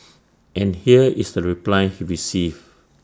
and here is the reply he received